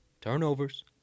turnovers